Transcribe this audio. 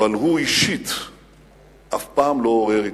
אבל הוא אישית אף פעם לא עורר התנגדות.